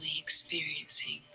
experiencing